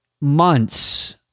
months